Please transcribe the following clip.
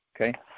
okay